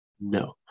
no